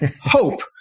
hope